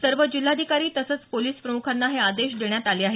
सर्व जिल्हाधिकारी तसंच पोलिस प्रम्खांना हे आदेश देण्यात आले आहेत